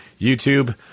YouTube